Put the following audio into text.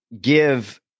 give